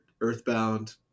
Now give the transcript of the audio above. earthbound